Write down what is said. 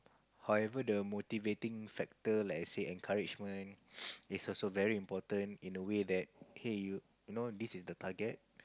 however the motivating factor like I said encouragement is also very important in a way that hey you know this is the target